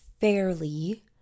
fairly